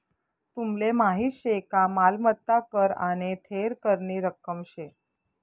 तुमले माहीत शे का मालमत्ता कर आने थेर करनी रक्कम शे